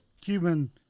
Cuban